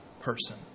person